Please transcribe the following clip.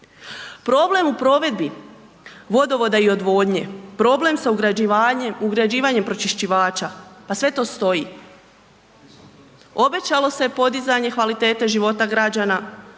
Problem u provedbi vodovoda i odvodnje, problem sa ugrađivanjem pročišćivača, pa sve to svoji. Obećalo se podizanje kvalitete života građana,